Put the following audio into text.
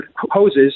hoses